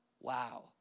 wow